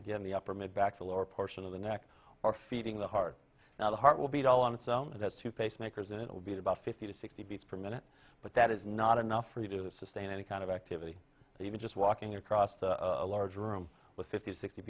again the upper mid back the lower portion of the neck are feeding the heart now the heart will beat all on itself it has to pacemakers it will be about fifty to sixty beats per minute but that is not enough for you to sustain any kind of activity even just walking across a large room with fifty sixty